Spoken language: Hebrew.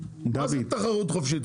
מה זה תחרות חופשית?